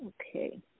Okay